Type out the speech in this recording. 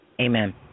Amen